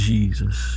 Jesus